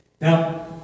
Now